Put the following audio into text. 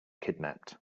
kidnapped